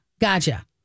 Gotcha